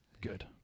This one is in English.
Good